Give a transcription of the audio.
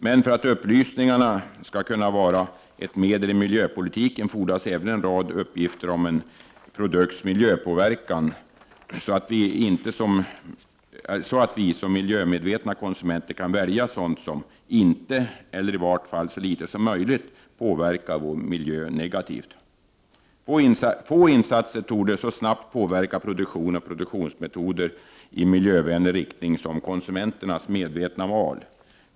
Men för att upplysningarna skall kunna vara ett medel i miljöpolitiken fordras även en rad uppgifter om produkters miljöpåverkan så att vi som miljömedvetna konsumenter kan välja sådant som inte — eller i vart fall så litet som möjligt — påverkar vår miljö negativt. Få insatser torde så snabbt påverka produktion och produktionsmetoder i miljövänlig riktning som konsumenterns medvetna val.